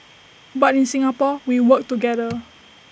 but in Singapore we work together